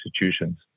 institutions